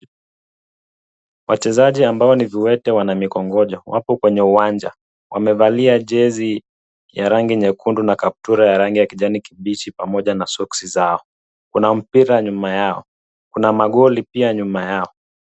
Wachezaji ambao ni viwete wana mikongojo wapo kwenye uwanja, wamevalia jezi ya rangi nyekundu na kaptura ya rangi ya kijani kibichi pamoja na soksi zao. Kuna mpira nyuma yao, kuna magoli pia nyuma yao.